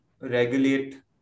regulate